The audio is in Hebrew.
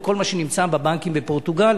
את כל מה שנמצא בבנקים בפורטוגל,